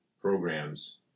programs